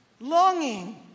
longing